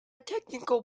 technical